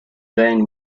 van